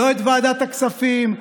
לא את ועדת הכספים,